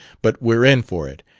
but we're in for it.